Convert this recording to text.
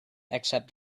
except